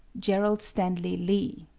gerald stanley lee,